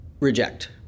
reject